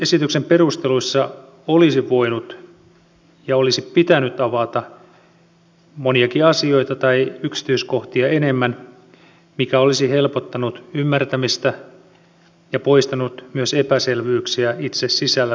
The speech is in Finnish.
esityksen perusteluissa olisi voinut ja olisi pitänyt avata moniakin asioita tai yksityiskohtia enemmän mikä olisi helpottanut ymmärtämistä ja poistanut myös epäselvyyksiä itse sisällön osalta